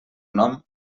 nom